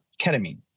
ketamine